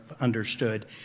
understood